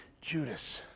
Judas